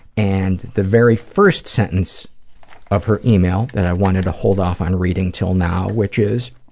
and the very first sentence of her email that i wanted to hold off on reading till now, which is